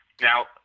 now